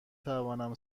توانم